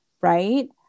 right